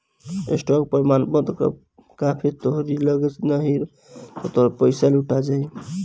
stock प्रमाणपत्र कअ copy तोहरी लगे नाही रही तअ तोहार पईसा लुटा जाई